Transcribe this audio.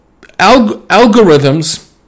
algorithms